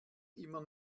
immer